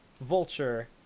Vulture